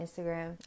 Instagram